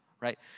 right